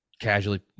casually